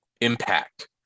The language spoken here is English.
impact